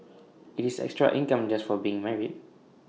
IT is extra income just for being married